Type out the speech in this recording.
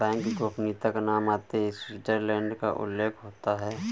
bank गोपनीयता का नाम आते ही स्विटजरलैण्ड का उल्लेख होता हैं